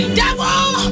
devil